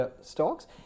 stocks